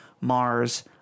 Mars